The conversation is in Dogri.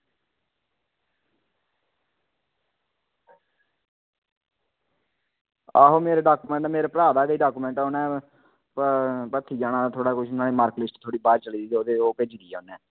आहो मेरे डाक्यूमेंट मेरे भ्राऽ दा बी डाक्यूमेंट उन्नै भ भरथी जाना हा मेरी मार्क लिस्ट थोह्ड़ी बाहर चली गेदी ते ओह्दे ओह् भेजी दी ऐ उन्नै